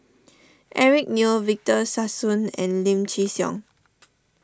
Eric Neo Victor Sassoon and Lim Chin Siong